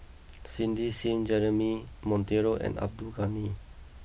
Cindy Sim Jeremy Monteiro and Abdul Ghani